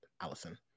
Allison